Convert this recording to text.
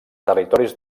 territoris